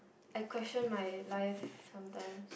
I question my life sometimes